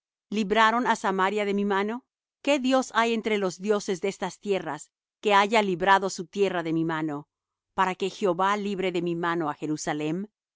libraron á samaria de mi mano qué dios hay entre los dioses de estas tierras que haya librado su tierra de mi mano para que jehová libre de mi mano á jerusalem